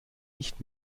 nicht